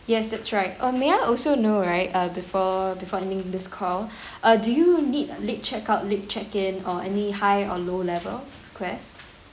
yes that's right oh may I also know right uh before before ending this call uh do you need late checkout late check in or any high or low level quest